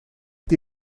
its